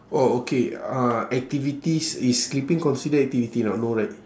oh okay uh activities is sleeping considered activity not no no right